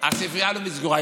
הספרייה הלאומית סגורה.